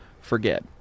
Forget